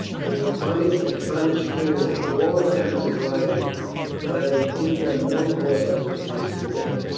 i would punish, and punish sternly, all attempts at rising but i would give them no causes for discontent.